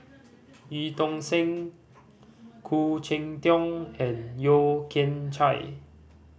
Eu Tong Sen Khoo Cheng Tiong and Yeo Kian Chai